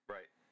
Right